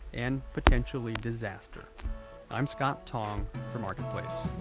and potentially, disaster i'm scott tong, for marketplace